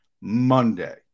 Monday